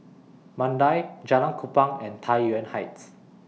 Mandai Jalan Kupang and Tai Yuan Heights